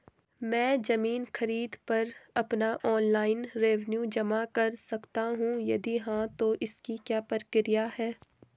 मैं ज़मीन खरीद पर अपना ऑनलाइन रेवन्यू जमा कर सकता हूँ यदि हाँ तो इसकी प्रक्रिया क्या है?